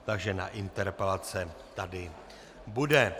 Takže na interpelace tady bude.